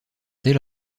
tel